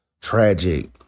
tragic